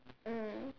mm